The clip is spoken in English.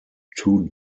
two